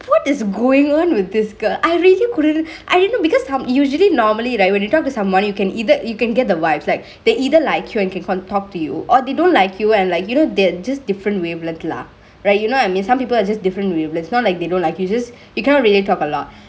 what is goingk on with this girl I really couldn't I don't know because I'm usually normally right when you talk to someone you can either you can get the vibe it's like they either like you and can can talk to you or they don't like you and like you know they're just different wavelengkth lah right you know what I mean some people are just different wavelengkths not like they don't like you just you cannot really talk a lot